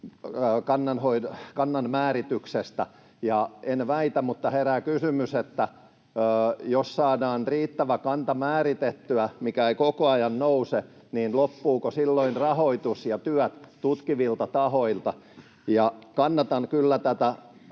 kannan määrityksessä. En väitä, mutta herää kysymys: jos saadaan määritettyä riittävä kanta, mikä ei koko ajan nouse, loppuvatko silloin rahoitus ja työt tutkivilta tahoilta? Kannatan kyllä tätä